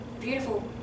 beautiful